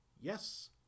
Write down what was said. yes